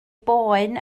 boen